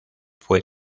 fue